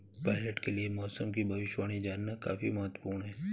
pilot के लिए मौसम की भविष्यवाणी जानना काफी महत्त्वपूर्ण है